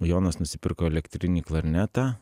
jonas nusipirko elektrinį klarnetą